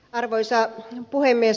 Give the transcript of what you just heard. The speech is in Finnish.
arvoisa puhemies